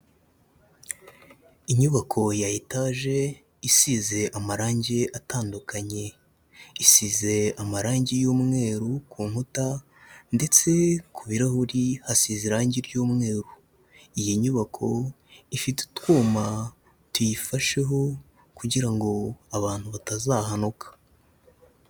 Inyubako ya etaje, isize amarangi atandukanye, isize amarangi y'umweru ku nkuta, ndetse ku birahuri hasize irangi ry'umweru, iyi nyubako ifite utwuma tuyifasheho kugira abantu batazahanuka.